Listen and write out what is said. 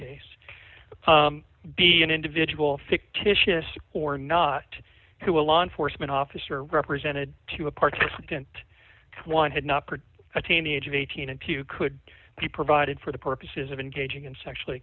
e be an individual fictitious or not to a law enforcement officer represented to a participant one had not heard a teen age of eighteen and two could be provided for the purposes of engaging in sexually